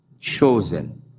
chosen